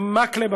מקלב.